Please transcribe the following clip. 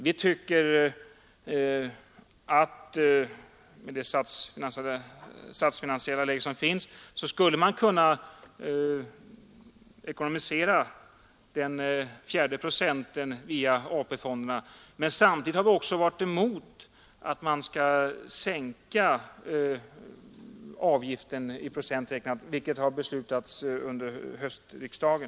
Vi tycker att med det statsfinansiella läge som råder skulle man kunna ekonomisera den fjärde procenten via AP-fonderna, men samtidigt har vi varit emot att man skall sänka avgiften i procent räknat, vilket har beslutats under höstriksdagen.